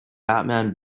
batman